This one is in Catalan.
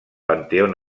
panteó